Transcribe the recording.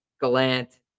Galant